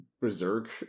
berserk